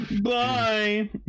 Bye